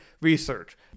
research